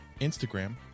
Instagram